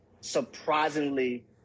surprisingly